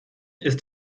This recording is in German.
ist